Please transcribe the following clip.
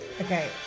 Okay